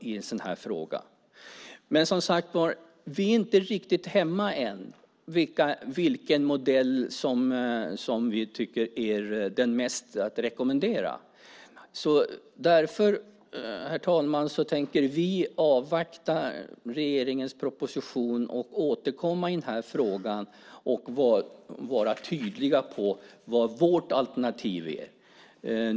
Men vi är, som sagt var, inte riktigt hemma än när det gäller vilken modell som vi vill rekommendera mest. Därför, herr talman, tänker vi avvakta regeringens proposition och återkomma i den här frågan och vara tydliga med vad vårt alternativ är.